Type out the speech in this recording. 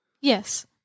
Yes